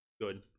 good